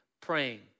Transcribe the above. praying